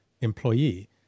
employee